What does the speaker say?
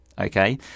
okay